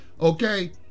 okay